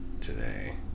today